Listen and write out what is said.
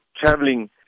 traveling